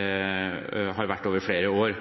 over flere år.